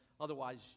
otherwise